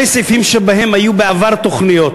אלה סעיפים שבהם היו בעבר תוכניות.